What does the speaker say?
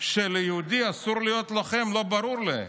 שלפיה ליהודי אסור להיות לוחם לא ברורה לי.